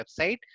website